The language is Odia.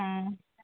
ହଁ